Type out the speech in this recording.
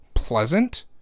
pleasant